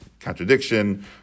contradiction